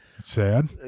sad